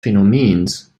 phänomens